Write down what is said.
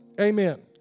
Amen